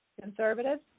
conservative